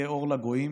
תהיה אור לגויים.